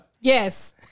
Yes